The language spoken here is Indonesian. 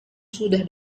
sudah